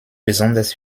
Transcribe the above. besonders